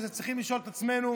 אנחנו צריכים לשאול את עצמנו,